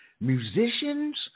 musicians